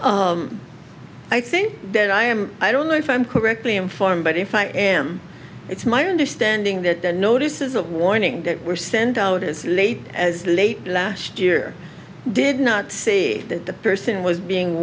enough i think that i am i don't know if i'm correctly informed but if i am it's my understanding that the notices of warning that were sent out as late as late last year did not see that the person was being